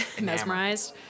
mesmerized